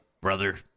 brother